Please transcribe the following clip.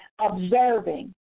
observing